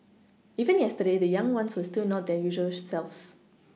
even yesterday the young ones were still not their usual selves